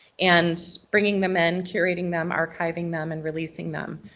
and bringing them in, curating them, archiving them, and releasing them.